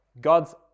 God's